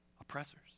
oppressors